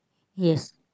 yes